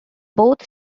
both